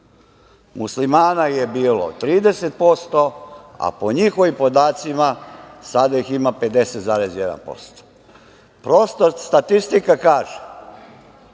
Muslimana je bilo 30%, a po njihovim podacima, sada ih ima 50,1%. Prosta statistika kaže,